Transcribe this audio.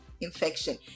infection